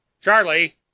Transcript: Charlie